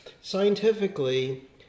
scientifically